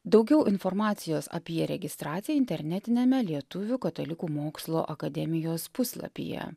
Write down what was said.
daugiau informacijos apie registraciją internetiniame lietuvių katalikų mokslo akademijos puslapyje